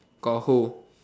got a hole